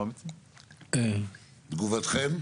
תגובתכם?